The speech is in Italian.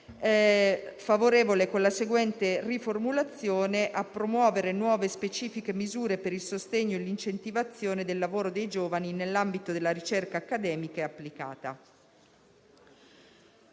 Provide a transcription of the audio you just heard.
punto 12 con la seguente riformulazione: «a promuovere nuove specifiche misure per il sostegno e l'incentivazione del lavoro dei giovani nell'ambito della ricerca accademica e applicata».